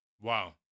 Wow